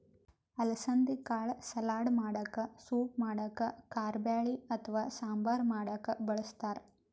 ಅಲಸಂದಿ ಕಾಳ್ ಸಲಾಡ್ ಮಾಡಕ್ಕ ಸೂಪ್ ಮಾಡಕ್ಕ್ ಕಾರಬ್ಯಾಳಿ ಅಥವಾ ಸಾಂಬಾರ್ ಮಾಡಕ್ಕ್ ಬಳಸ್ತಾರ್